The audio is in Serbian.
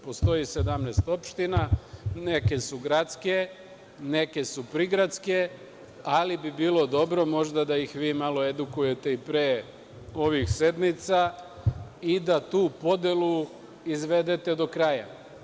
Postoji 17 opština, neke su gradske, neke su prigradske, ali bi bilo dobro, možda, da ih vi malo edukujete i pre ovih sednica i da tu podelu izvedete do kraja.